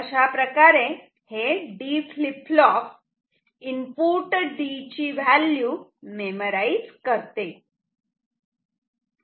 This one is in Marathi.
म्हणून हे D flip flop input D ची व्हॅल्यू मेमराइज करते